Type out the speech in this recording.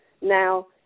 now